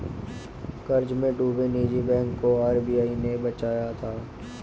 कर्ज में डूबे निजी बैंक को आर.बी.आई ने बचाया था